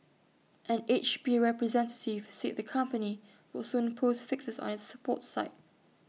an H P representative said the company would soon post fixes on its support site